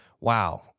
wow